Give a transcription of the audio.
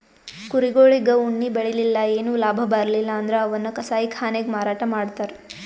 ಕುರಿಗೊಳಿಗ್ ಉಣ್ಣಿ ಬೆಳಿಲಿಲ್ಲ್ ಏನು ಲಾಭ ಬರ್ಲಿಲ್ಲ್ ಅಂದ್ರ ಅವನ್ನ್ ಕಸಾಯಿಖಾನೆಗ್ ಮಾರಾಟ್ ಮಾಡ್ತರ್